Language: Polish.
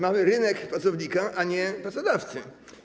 Mamy rynek pracownika, a nie pracodawcy.